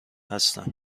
هستم